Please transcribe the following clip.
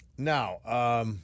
Now